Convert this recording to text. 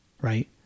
Right